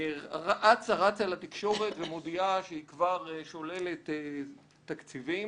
אצה רצה לתקשורת ומודיעה שהיא כבר שוללת תקציבים.